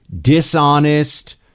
dishonest